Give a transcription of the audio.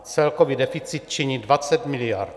Celkový deficit činí 20 miliard.